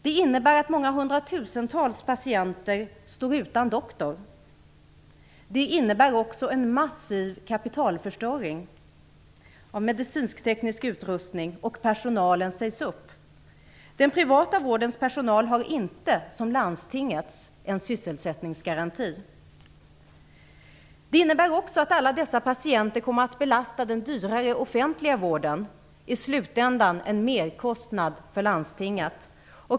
Det innebär att många hundratusentals patienter står utan doktor. Det innebär också en massiv kapitalförstöring av medicinsk-teknisk utrustning, och personalen sägs upp. Den privata vårdens personal har inte, som landstingens, en sysselsättningsgaranti. Det innebär också att alla dessa patienter kommer att belasta den dyrare offentliga vården, i slutändan en merkostnad för landstingen.